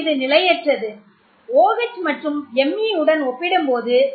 மேலும் இது மிகவும் நிலையற்றது OH மற்றும் Me உடன் ஒப்பிடும்போது